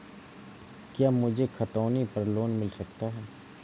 क्या मुझे खतौनी पर लोन मिल सकता है?